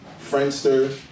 Friendster